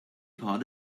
part